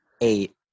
eight